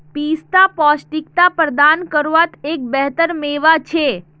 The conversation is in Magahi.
पिस्ता पौष्टिकता प्रदान कारवार एक बेहतर मेवा छे